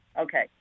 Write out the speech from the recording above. Okay